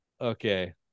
Okay